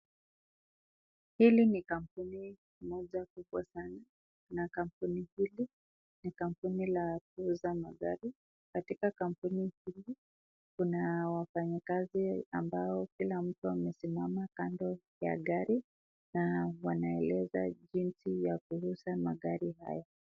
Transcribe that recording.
Hili ni kampuni moja kubwa sana na kampuni hili ni kampuni la kuuza magari. Katika kampuni hili, kuna wafanyikazi ambao kila mtu amesimama kando ya gari na wanaeleza jinsi ya kuuza magari haya.